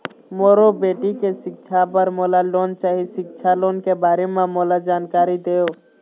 मोर बेटी के सिक्छा पर मोला लोन चाही सिक्छा लोन के बारे म मोला जानकारी देव?